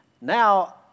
Now